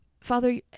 Father